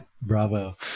Bravo